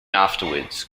afterwards